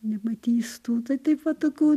nematys tų tai taip va tokių